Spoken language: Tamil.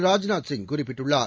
ராஜ்நர்த் சிங் குறிப்பிட்டுள்ளார்